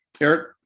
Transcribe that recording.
eric